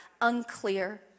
unclear